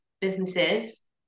businesses